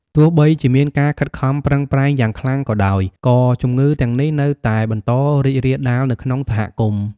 ទោះបីជាមានការខិតខំប្រឹងប្រែងយ៉ាងខ្លាំងក៏ដោយ ក៏ជំងឺទាំងនេះនៅតែបន្តរីករាលដាលនៅក្នុងសហគមន៍។